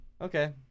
Okay